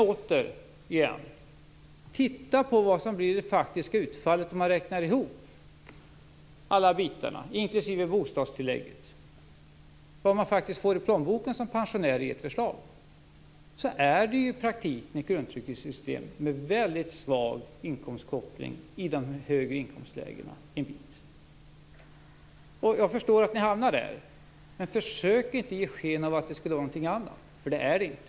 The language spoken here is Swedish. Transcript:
Återigen: Titta på vad som blir det faktiska utfallet om man räknar ihop alla bitarna inklusive bostadstillägget! Titta på vad man faktiskt får i plånboken som pensionär med ert förslag! Det är i praktiken ett grundtrygghetssystem med väldigt svag inkomstkoppling i de högre inkomstlägena. Jag förstår att ni hamnar där. Men försök inte ge sken av att det skulle vara något annat! Det är det inte.